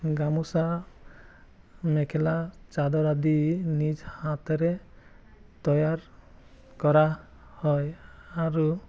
গামোচা মেখেলা চাদৰ আদি নিজ হাতেৰে তৈয়াৰ কৰা হয় আৰু